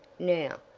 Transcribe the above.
now,